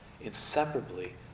inseparably